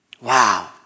Wow